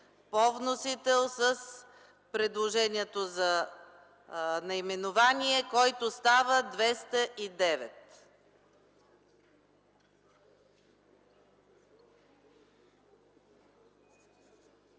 по вносител с предложението за наименование, който става чл.